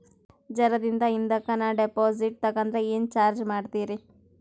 ಜರ ದಿನ ಹಿಂದಕ ನಾ ಡಿಪಾಜಿಟ್ ತಗದ್ರ ಏನ ಚಾರ್ಜ ಮಾಡ್ತೀರಿ?